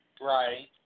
Right